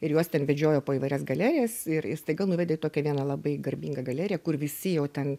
ir juos ten vedžiojo po įvairias galerijas ir ir staiga nuvedė į tokią vieną labai garbingą galeriją kur visi jau ten